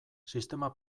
sistema